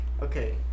Okay